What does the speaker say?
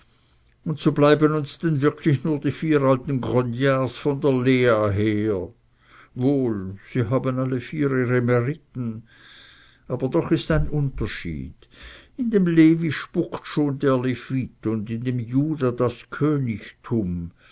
und so bleiben uns denn wirklich nur die vier alten grognards von der lea her wohl sie haben alle vier ihre meriten aber doch ist ein unterschied in dem levi spukt schon der levit und in dem juda das königtum